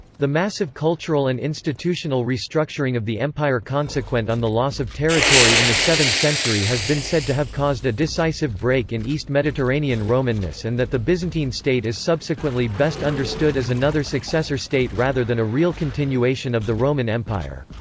the massive cultural and institutional restructuring of the empire consequent on the loss of territory in the seventh century has been said to have caused a decisive break in east mediterranean romanness and that the byzantine state is subsequently best understood as another successor state rather than a real continuation of the roman empire.